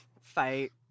Fight